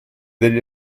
degli